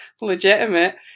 legitimate